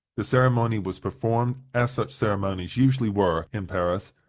the ceremony was performed, as such ceremonies usually were in paris,